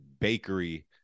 bakery